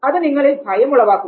അത് നിങ്ങളിൽ ഭയം ഉളവാക്കുന്നു